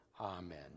Amen